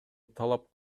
талап